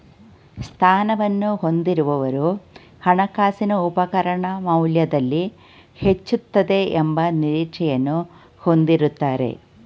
ಸ್ಥಾನವನ್ನು ಹೊಂದಿರುವವರು ಹಣಕಾಸಿನ ಉಪಕರಣ ಮೌಲ್ಯದಲ್ಲಿ ಹೆಚ್ಚುತ್ತದೆ ಎಂಬ ನಿರೀಕ್ಷೆಯನ್ನು ಹೊಂದಿರುತ್ತಾರೆ